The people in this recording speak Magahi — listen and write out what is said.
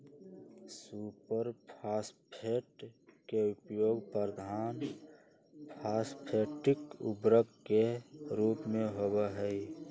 सुपर फॉस्फेट के उपयोग प्रधान फॉस्फेटिक उर्वरक के रूप में होबा हई